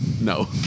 No